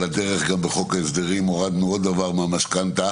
על הדרך בחוק ההסדרים גם הורדנו עוד דבר מהמשכנתה,